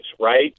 right